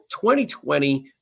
2020